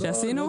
לא